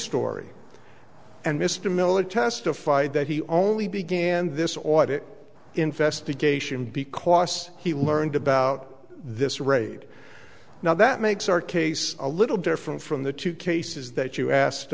story and mr millet testified that he only began this audit investigation because he learned about this raid now that makes our case a little different from the two cases that you asked